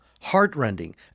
heartrending